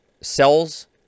sells